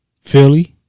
Philly